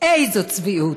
איזו צביעות,